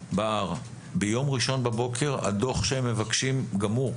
ביום ראשון בבוקר הדו"ח שהם מבקשים גמור.